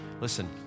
Listen